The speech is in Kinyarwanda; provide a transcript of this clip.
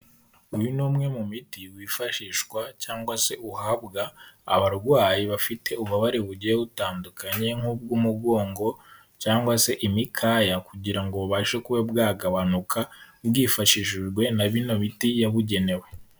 Uyu ni umwe mu miti wifashishwa cyangwa se uhabwa abarwayi bafite ububabare bugiye butandukanye nkubw'umugongo cyangwa se imikaya, kugira ngo bubashe kuba bwagabanuka, bwifashishijwe n'ino miti yabugenewe.